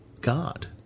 God